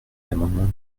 l’amendement